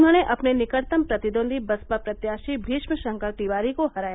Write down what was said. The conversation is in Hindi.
उन्होंने अपने निकटतम प्रतिद्वन्दी बसपा प्रत्याशी भीष्म शंकर तिवारी को हराया